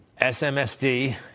SMSD